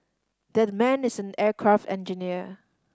that man is an aircraft engineer